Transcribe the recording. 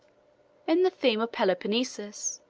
in the theme of peloponnesus,